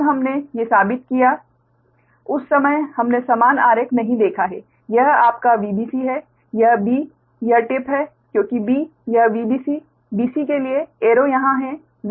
जब हमने ये साबित किया उस समय हमने समान आरेख नहीं देखा है यह आपका Vbc है यह b यह टिप है क्योंकि b यह Vbc bc के लिए एरो यहाँ है